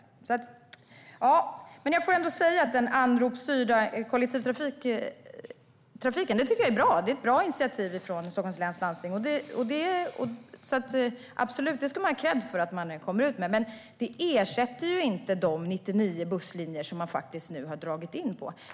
Jag måste ändå säga att jag tycker att den anropsstyrda kollektivtrafiken är bra. Det är ett bra initiativ från Stockholms läns landsting. Det ska man ha kredd för. Men det ersätter inte de 99 busslinjer som man faktiskt har dragit in.